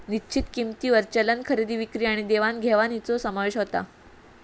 निश्चित किंमतींवर चलन खरेदी विक्री आणि देवाण घेवाणीचो समावेश होता